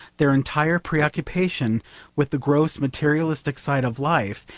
their entire preoccupation with the gross materialistic side of life,